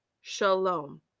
shalom